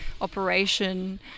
operation